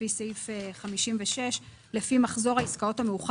סעיף 6. מי בעד